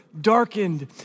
darkened